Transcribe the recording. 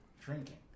drinking